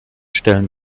stellen